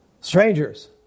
strangers